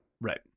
Right